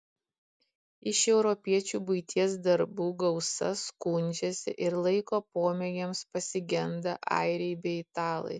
iš europiečių buities darbų gausa skundžiasi ir laiko pomėgiams pasigenda airiai bei italai